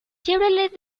chevrolet